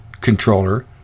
controller